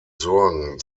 sorgen